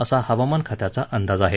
असा हवामान खात्याचा अंदाज आहे